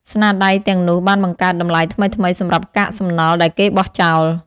ស្នាដៃទាំងនោះបានបង្កើតតម្លៃថ្មីៗសម្រាប់កាកសំណល់ដែលគេបោះចោល។